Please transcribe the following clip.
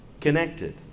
connected